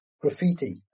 graffiti